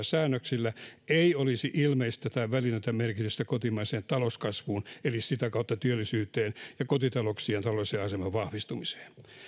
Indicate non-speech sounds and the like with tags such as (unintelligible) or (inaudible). (unintelligible) säännöksillä ei olisi ilmeistä tai välitöntä merkitystä kotimaisen talouskasvun eli sitä kautta työllisyyden ja kotitalouksien taloudellisen aseman vahvistumisen